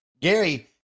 Gary